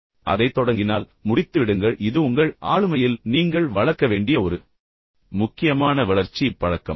நீங்கள் அதை தொடங்கினால் முடித்துவிடுங்கள் இது உங்கள் ஆளுமையில் நீங்கள் வளர்க்க வேண்டிய ஒரு முக்கியமான வளர்ச்சி பழக்கம்